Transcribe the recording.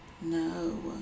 No